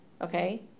okay